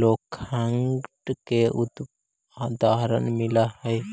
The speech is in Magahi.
लेखांकन के उदाहरण मिल हइ